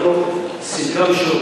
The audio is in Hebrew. מוסר במקום שהגעת אליו.